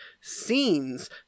scenes